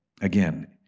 again